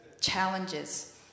Challenges